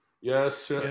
yes